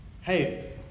Hey